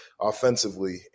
offensively